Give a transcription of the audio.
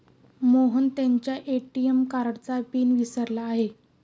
मोहन त्याच्या ए.टी.एम कार्डचा पिन विसरला आहे